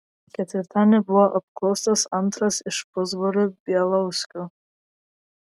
ketvirtadienį buvo apklaustas antras iš pusbrolių bieliauskų